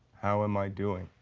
how am i doing?